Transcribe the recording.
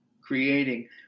creating